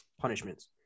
punishments